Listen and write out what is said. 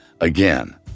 Again